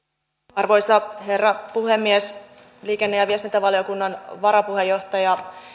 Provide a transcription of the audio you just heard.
arvoisa herra puhemies liikenne ja viestintävaliokunnan varapuheenjohtaja